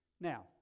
Now